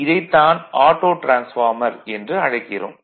இதைத் தான் auto transformer என்று அழைக்கிறோம்